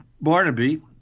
Barnaby